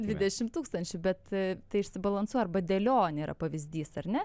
dvidešim tūkstančių bet tai išsibalansuoja arba dėlionė yra pavyzdys ar ne